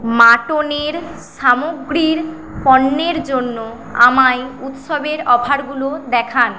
মাটনের সামগ্রীর পণ্যের জন্য আমাকে উৎসবের অফার গুলো দেখান